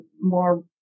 more